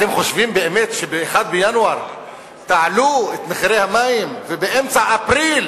אתם חושבים באמת שב-1 בינואר תעלו את מחירי המים ובאמצע אפריל